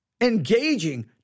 engaging